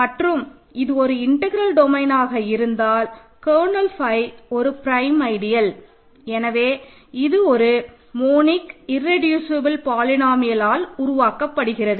மற்றும் இது ஒரு இன்டெக்ரல் டொமைனாக இருந்தால் கர்னல் ஃபை ஒரு ப்ரைம் ஐடியல் எனவே இது ஒரு மோனிக் இர்ரெடியூசபல் பாலினோமியல் லால் உருவாக்கப்படுகிறது